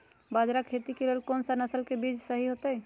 बाजरा खेती के लेल कोन सा नसल के बीज सही होतइ?